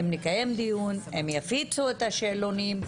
אם נקיים דיון הם יפיצו את השאלונים,